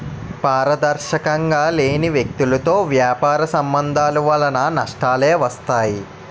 పారదర్శకంగా లేని వ్యక్తులతో వ్యాపార సంబంధాల వలన నష్టాలే వస్తాయి